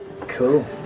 Cool